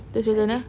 just recent ah